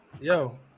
Yo